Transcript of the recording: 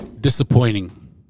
Disappointing